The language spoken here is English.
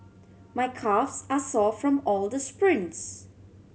my calves are sore from all the sprints